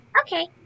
Okay